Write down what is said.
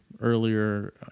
earlier